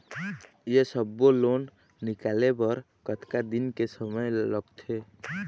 ये सब्बो लोन निकाले बर कतका दिन के समय लगथे?